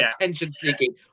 attention-seeking